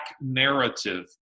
narrative